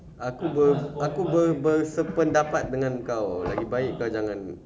aku ber~ berpendapat dengan kau lagi baik kau jangan